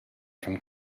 from